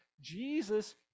Jesus